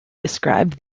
described